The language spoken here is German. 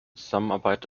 zusammenarbeit